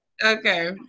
Okay